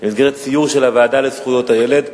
במסגרת סיור של הוועדה לזכויות הילד.